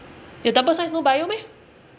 your double science no bio meh